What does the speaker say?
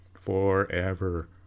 forever